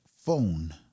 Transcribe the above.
phone